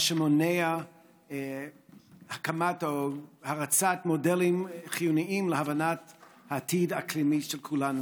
מה שמונע הקמה או הרצה של מודלים חיוניים להבנת העתיד האקלימי של כולנו,